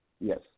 Yes